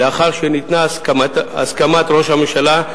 לאחר שניתנה הסכמת ראש הממשלה,